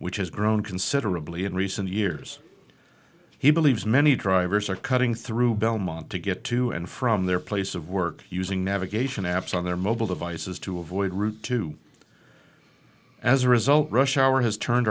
which has grown considerably in recent years he believes many drivers are cutting through belmont to get to and from their place of work using navigation apps on their mobile devices to avoid route to as a result rush hour has turned